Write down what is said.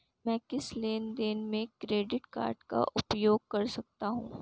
मैं किस लेनदेन में क्रेडिट कार्ड का उपयोग कर सकता हूं?